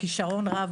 בכישרון רב,